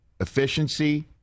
efficiency